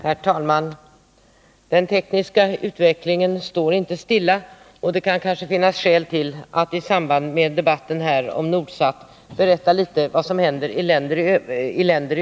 Herr talman! Den tekniska utvecklingen står inte stilla, och det kan kanske finnas skäl till att i samband med debatten här om Nordsat berätta litet om vad som händer i andra länder.